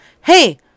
Hey